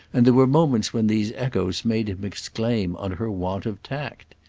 and there were moments when these echoes made him exclaim on her want of tact.